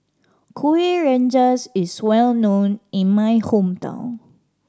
Kuih Rengas is well known in my hometown